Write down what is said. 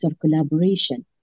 collaboration